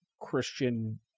christian